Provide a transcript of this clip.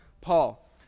Paul